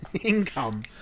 income